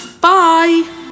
Bye